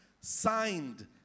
signed